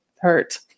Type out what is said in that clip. hurt